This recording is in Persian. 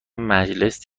مجلس